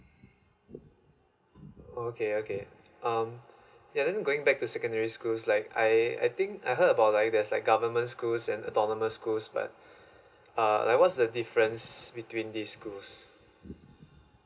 okay okay um yeah then going back to secondary schools like I I think I heard about like there's like government schools and autonomous schools but uh and what's the difference between these schools